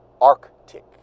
Arctic